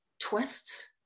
twists